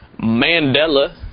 Mandela